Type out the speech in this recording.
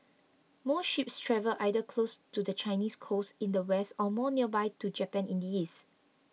most ships travel either closer to the Chinese coast in the west or more nearby to Japan in the east